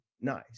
nice